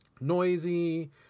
noisy